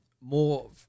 more